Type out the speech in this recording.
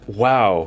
wow